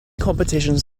competitions